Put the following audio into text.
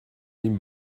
این